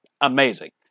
amazing